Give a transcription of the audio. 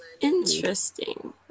Interesting